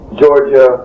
georgia